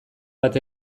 bat